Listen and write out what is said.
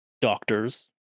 doctors